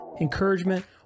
encouragement